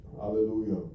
Hallelujah